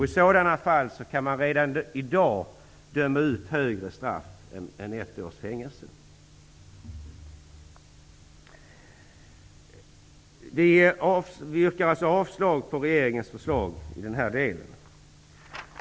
I sådana fall kan man redan i dag döma ut högre straff än ett års fängelse. Vi yrkar avslag på regeringens förslag i denna del.